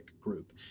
group